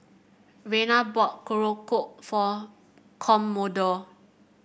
Rayna bought Korokke for Commodore